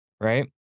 right